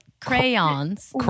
Crayons